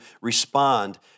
respond